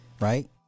right